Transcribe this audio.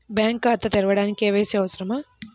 Bank ఖాతా తెరవడానికి KYC అవసరమా?